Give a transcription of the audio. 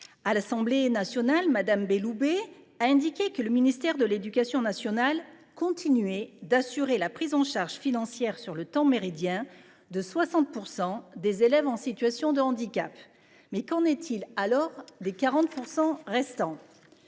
À l’Assemblée nationale, Mme Belloubet a indiqué que le ministère de l’éducation nationale continuait d’assurer la prise en charge financière sur le temps méridien de 60 % des élèves en situation de handicap. Qu’en est il alors des 40 % restants ?